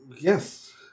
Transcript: Yes